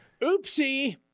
Oopsie